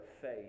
faith